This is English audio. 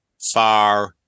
far